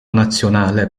nazionale